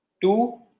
two